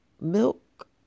Milk